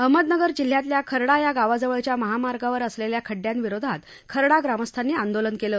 अहमदनगर जिल्ह्यातल्या खर्डा या गावाजवळच्या महामार्गावर असलेल्या खड्डयांविरोधात खर्डा ग्रामस्थांनी आंदोलन केलं